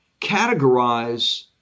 categorize